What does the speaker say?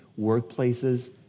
workplaces